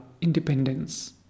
independence